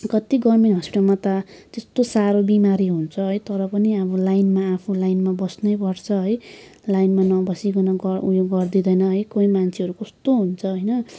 कति गभर्मेन्ट हस्पिटलमा त त्यस्तो साह्रो बिमारी हुन्छ है तर पनि है लाइनमा आफू लाइनमा बस्नैपर्छ है लाइनमा नबसिकन गर उयो गरिदिँदैन है कोही मान्छेहरू कस्तो हुन्छ होइन